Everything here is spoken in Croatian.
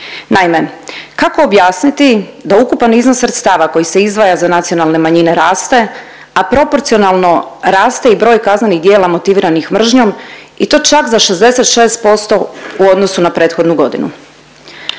Naime, kako objasniti da ukupan iznos sredstava koji se izdvaja za nacionalne manjine raste, a proporcionalno raste i broj kaznenih djela motiviranih mržnjom i to čak za 66% u odnosu na prethodnu godinu?